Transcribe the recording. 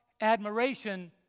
admiration